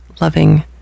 loving